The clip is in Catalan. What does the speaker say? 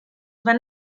van